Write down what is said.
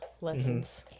lessons